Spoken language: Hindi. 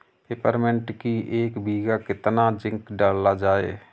पिपरमिंट की एक बीघा कितना जिंक डाला जाए?